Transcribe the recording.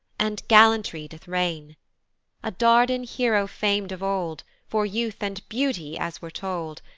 and gallantry doth reign a dardan hero fam'd of old for youth and beauty, as we're told,